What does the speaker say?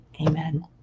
Amen